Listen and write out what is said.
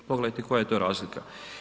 Pogledajte koja je to razlika.